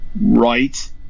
right